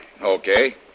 Okay